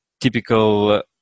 typical